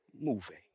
moving